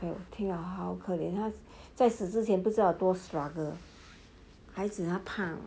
听了好可怜在死之前不知道有多 struggle 孩子她怕